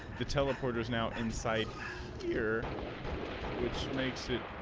the teleport is now in sites here which makes it